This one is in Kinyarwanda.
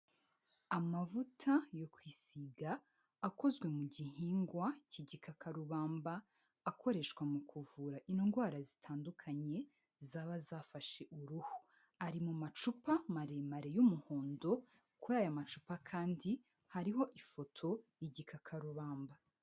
Amavuta yo kwisiga, akozwe mu gihingwa cy'igikakarubamba, akoreshwa mu kuvura indwara zitandukanye, zaba zafashe uruhu. Ari mu macupa maremare y'umuhondo, kuri aya macupa kandi hariho ifoto y'igikakarubamba.